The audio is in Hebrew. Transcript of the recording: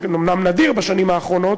זה אומנם נדיר בשנים האחרונות,